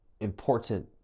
Important